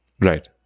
Right